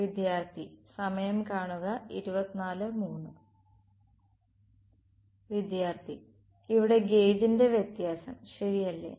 വിദ്യാർത്ഥി ഇവിടെ ഗേജിന്റെ വ്യത്യാസം ശരിയല്ലേ